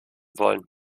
wollen